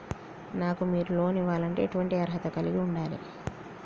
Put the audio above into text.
నాకు మీరు లోన్ ఇవ్వాలంటే ఎటువంటి అర్హత కలిగి వుండాలే?